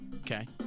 Okay